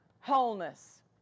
wholeness